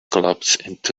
collapsed